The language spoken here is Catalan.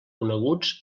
coneguts